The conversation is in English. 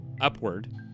upward